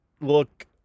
look